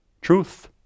truth